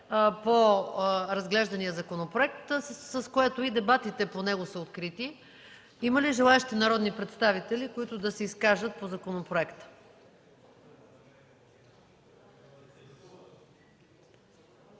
по разглеждания законопроект. С това дебатите по законопроекта са открити. Има ли желаещи народни представители да се изкажат по законопроекта?